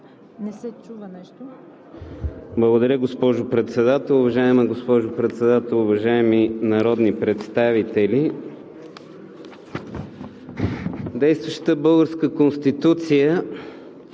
ЦИПОВ (ГЕРБ): Благодаря, госпожо Председател. Уважаема госпожо Председател, уважаеми народни представители! Действащата българска Конституция